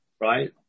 right